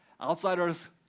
Outsiders